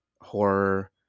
horror